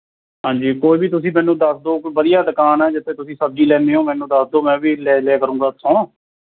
ਹਾਂਜੀ ਕੋਈ ਵੀ ਤੁਸੀਂ ਮੈਨੂੰ ਦੱਸ ਦਿਉ ਕੋਈ ਵਧੀਆ ਦੁਕਾਨ ਹੈ ਜਿੱਥੇ ਤੁਸੀਂ ਸਬਜ਼ੀ ਲੈਂਦੇ ਹੋ ਮੈਨੂੰ ਦੱਸ ਦਿਉ ਮੈਂ ਵੀ ਲੈ ਲਿਆ ਕਰਾਂਗਾਂ ਉੱਥੋਂ